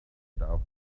after